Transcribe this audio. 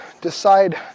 decide